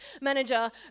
manager